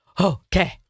Okay